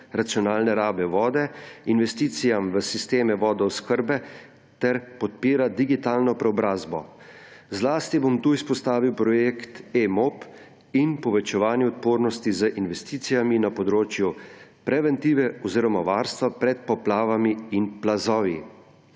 racionalne rabe vode, investicijam v sisteme vodooskrbe ter podpira digitalno preobrazbo. Zlasti bom tukaj izpostavil projekt eMOP in povečevanju odpornosti z investicijami na področju preventive oziroma varstva pred poplavami in plazovi.